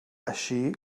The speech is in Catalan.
així